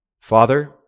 Father